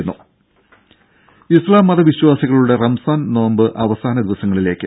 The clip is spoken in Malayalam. രംഭ ഇസ്ലാം മത വിശ്വാസികളുടെ റംസാൻ നോമ്പ് അവസാന ദിവസങ്ങളിലേക്ക്